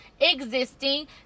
Existing